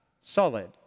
solid